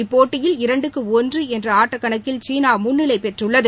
இப்போட்டியில் இரண்டுக்கு ஒன்று என்ற ஆட்டக்கணக்கில் சீனா முன்னிலை பெற்றுள்ளது